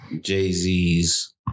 Jay-Z's